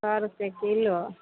सए रुपे किलो